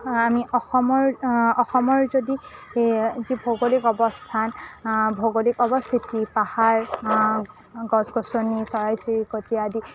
আমি অসমৰ অসমৰ যদি যি ভৌগোলিক অৱস্থান ভৌগোলিক অৱস্থিতি পাহাৰ গছ গছনি চৰাই চিৰিকটি আদি